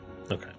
Okay